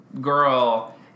girl